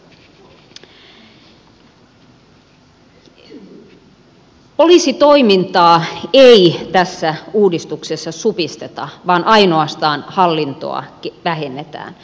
poliisitoimintaa ei tässä uudistuksessa supisteta vaan ainoastaan hallintoa vähennetään